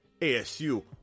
ASU